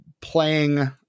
playing